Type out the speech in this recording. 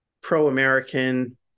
pro-American